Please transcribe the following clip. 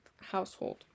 household